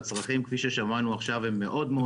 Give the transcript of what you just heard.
הצרכים, כפי ששמענו עכשיו עם גבוהים.